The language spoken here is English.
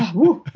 woo.